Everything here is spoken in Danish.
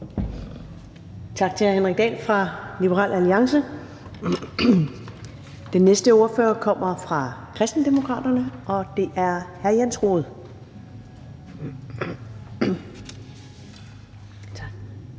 Tak til hr. Henrik Dahl fra Liberal Alliance. Den næste ordfører kommer fra Kristendemokraterne, og det er hr. Jens Rohde.